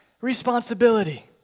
responsibility